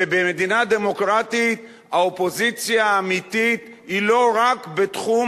ובמדינה דמוקרטית האופוזיציה האמיתית היא לא רק בתחום